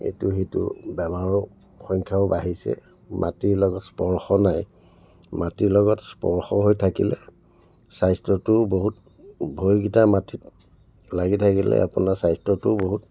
ইটো সিটো বেমাৰৰ সংখ্যাও বাঢ়িছে মাটিৰ লগত স্পৰ্শ নাই মাটিৰ লগত স্পৰ্শ হৈ থাকিলে স্বাস্থ্যটো বহুত ভৰিকেইটা মাটিত লাগি থাকিলে আপোনাৰ স্বাস্থ্যটো বহুত